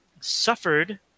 suffered